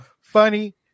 funny